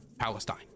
Palestine